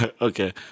Okay